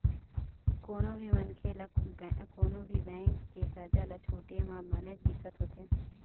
कोनो भी मनखे ल कोनो भी बेंक के करजा ल छूटे म बनेच दिक्कत होथे